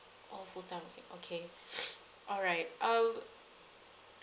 all full time okay okay all right um